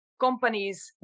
companies